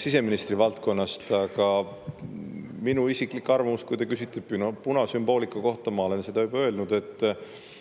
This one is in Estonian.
siseministri valdkonnast, aga minu isiklik arvamus, kui te küsite punasümboolika kohta – ma olen seda juba öelnud, et